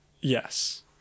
Yes